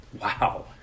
Wow